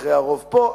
מכריע הרוב פה,